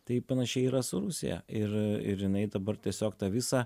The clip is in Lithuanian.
tai panašiai yra su rusija ir ir jinai dabar tiesiog tą visą